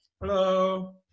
hello